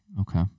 okay